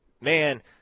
man